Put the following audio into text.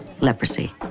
leprosy